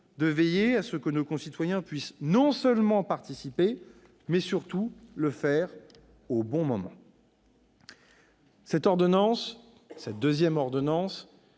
de veiller à ce que nos concitoyens puissent non seulement participer, mais surtout le faire au bon moment. Cette seconde ordonnance